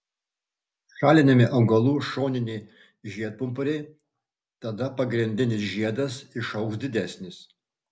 šalinami augalų šoniniai žiedpumpuriai tada pagrindinis žiedas išaugs didesnis